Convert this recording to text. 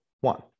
one